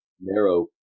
narrow